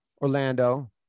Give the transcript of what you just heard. Orlando